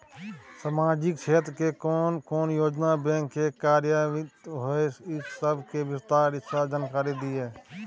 सामाजिक क्षेत्र के कोन कोन योजना बैंक स कार्यान्वित होय इ सब के विस्तार स जानकारी दिय?